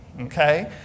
okay